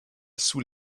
sous